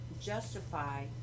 justify